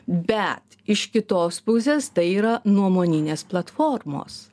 bet iš kitos pusės tai yra nuomoninės platformos